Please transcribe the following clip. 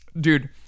dude